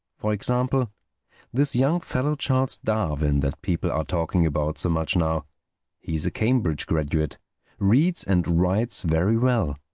for example this young fellow charles darwin that people are talking about so much now he's a cambridge graduate reads and writes very well.